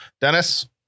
Dennis